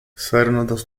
σέρνοντας